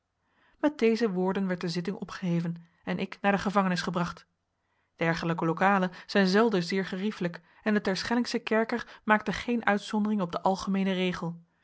met deze woorden werd de zitting opgeheven en ik naar de gevangenis gebracht dergelijke lokalen zijn zelden zeer geriefelijk en de terschellingsche kerker maakte geen uitzondering op den algemeenen regel